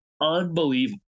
unbelievable